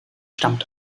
stammt